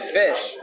fish